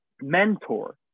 mentor